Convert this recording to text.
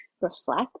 reflect